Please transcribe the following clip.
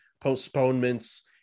postponements